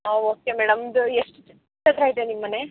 ಹಾಂ okay madam ಇದು ಎಷ್ಟು ಎತ್ತರ ಇದೆ ನಿಮ್ಮ ಮನೆ